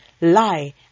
lie